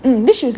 mmhmm